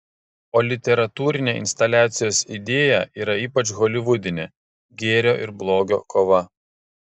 o literatūrinė instaliacijos idėja yra ypač holivudinė gėrio ir blogio kova